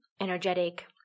energetic